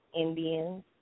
Indians